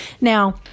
Now